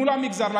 מול המגזר,